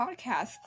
podcast